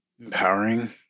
Empowering